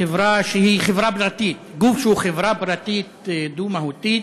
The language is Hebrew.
גוף שהוא חברה פרטית דו-מהותית